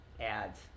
ads